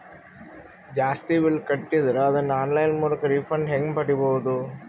ಜಾಸ್ತಿ ಬಿಲ್ ಕಟ್ಟಿದರ ಅದನ್ನ ಆನ್ಲೈನ್ ಮೂಲಕ ರಿಫಂಡ ಹೆಂಗ್ ಪಡಿಬಹುದು?